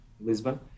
Lisbon